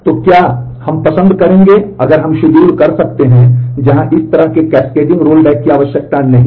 तो हम क्या पसंद करेंगे अगर हम शेड्यूल कर सकते हैं जहां इस तरह के कैस्केडिंग रोलबैक की आवश्यकता नहीं है